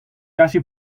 casi